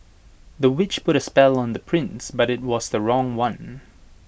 the witch put A spell on the prince but IT was the wrong one